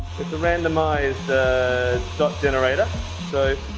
it's a randomized dot generator so,